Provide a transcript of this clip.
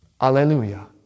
Alleluia